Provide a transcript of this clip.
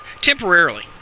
temporarily